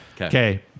Okay